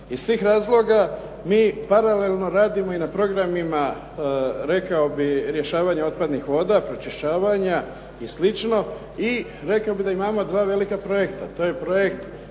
Iz tih razloga mi paralelno radimo i na programima, rekao bih rješavanja otpadnih voda, pročišćavanja i slično i rekao bih da imamo dva velika projekta,